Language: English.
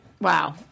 Wow